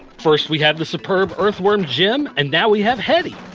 first we have the superb earthworm jim and now we have headdy.